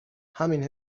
همین